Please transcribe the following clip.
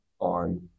on